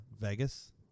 Vegas